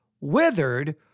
withered